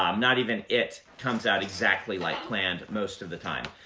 um not even it comes out exactly like planned, most of the time.